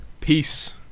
Peace